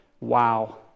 wow